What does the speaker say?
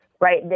right